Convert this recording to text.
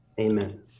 Amen